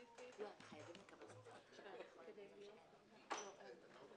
כדי להבין את מורכבות הקואליציה,